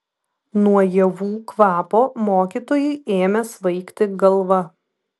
nuo ievų kvapo mokytojui ėmė svaigti galva